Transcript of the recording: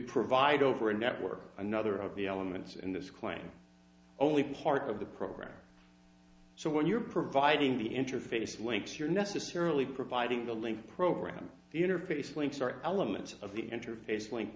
provide over a network another of the elements in this claim only part of the program so when you're providing the interface links you're necessarily providing the link program the interface links are elements of the interface link